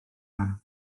dda